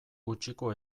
gutxiko